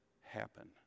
happen